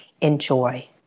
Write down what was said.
Enjoy